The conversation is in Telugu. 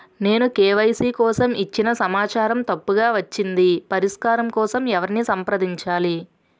నేను కే.వై.సీ కోసం ఇచ్చిన సమాచారం తప్పుగా వచ్చింది పరిష్కారం కోసం ఎవరిని సంప్రదించాలి?